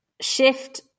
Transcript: shift